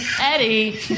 Eddie